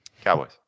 Cowboys